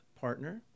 partner